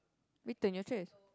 return your trays